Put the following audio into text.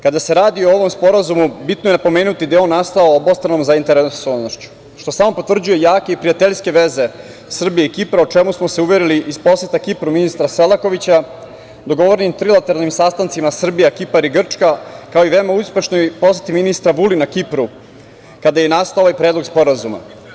Kada se radi o ovom sporazumu bitno je napomenuti da je on nastao obostranom zainteresovanošću, što samo potvrđuje jake i prijateljske veze Srbije i Kipra u šta smo uverili iz poseta Kipru ministra Selakovića, dogovorenim trilateralnim sastancima Srbija – Kipar – Grčka, kao i veoma uspešnoj poseti ministra Vulina Kipru kada je nastao ovaj Predlog sporazuma.